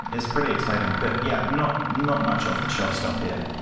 it's pretty exciting. but yeah not not much off the stuff stuff here.